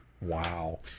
Wow